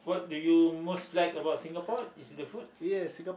what do you most like about Singapore is it the food